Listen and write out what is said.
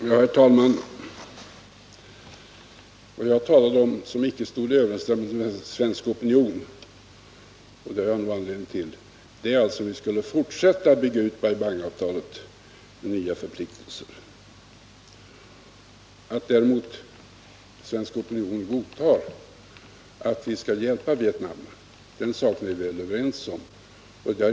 Herr talman! Vad jag talade om som icke stående i överensstämmelse med svensk opinion — och det hade jag nog anledning till — var om vi skulle fortsätta att bygga ut Bai Bang-avtalet med nya förpliktelser. Däremot godtar svensk opinion att vi skall hjälpa Vietnam, och den saken är vi väl överens om.